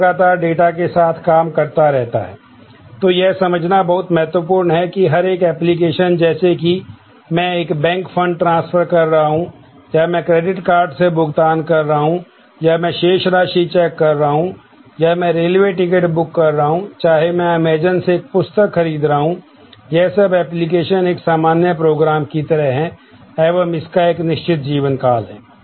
इसके विपरीत एक डेटाबेस की तरह है एवं इसका एक निश्चित जीवनकाल है